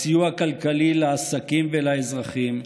בסיוע כלכלי לעסקים ולאזרחים,